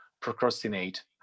procrastinate